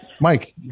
Mike